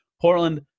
Portland